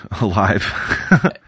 alive